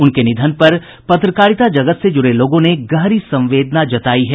उनके निधन पर पत्रकारिता जगत से जुड़े लोगों ने गहरी संवेदना जतायी है